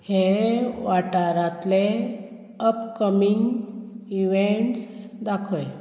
हे वाठारांतले upcoming events दाखय